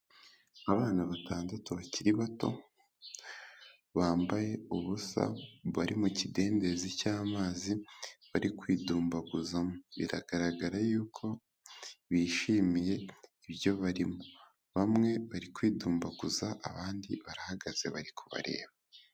Abana batandatu bakiri bato bambaye ubusa bari mu kidendezi cy'amazi, bari kwidumbaguzamo, biragaragara yuko bishimiye ibyo barimo, bamwe bari kwidumbaguza abandi barahagaze bari kubareba.